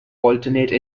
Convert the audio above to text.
alternate